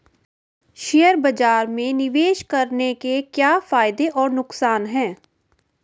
Share बाज़ार में निवेश करने के क्या फायदे और नुकसान हैं?